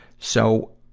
so,